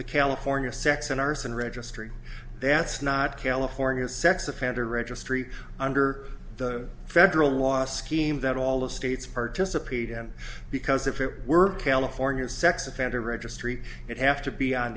the california sex and arson registry that's not california sex offender registry under the federal law scheme that all of states participate in because if it were california sex offender registry it have to be on